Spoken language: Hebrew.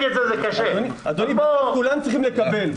אדוני, כולם צריכים לקבל.